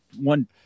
one